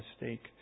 mistake